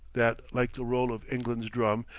that, like the roll of england's drum,